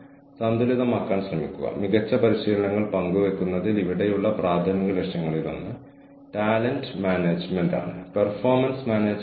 ജീവനക്കാരൻ ഫലങ്ങൾ നൽകുന്നു തുടർന്ന് ടീം ഫലങ്ങളിലേക്ക് ഫീഡ് ചെയ്യുന്നു